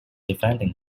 defending